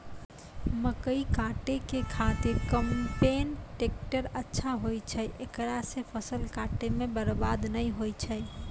मकई काटै के खातिर कम्पेन टेकटर अच्छा होय छै ऐकरा से फसल काटै मे बरवाद नैय होय छै?